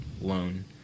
loan